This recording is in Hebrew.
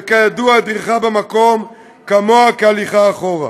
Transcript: וכידוע, דריכה במקום כמוה כהליכה אחורה.